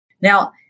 Now